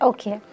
Okay